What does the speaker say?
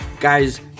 guys